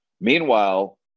Meanwhile